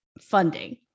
funding